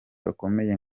bakomeye